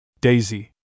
Daisy